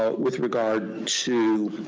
ah with regard to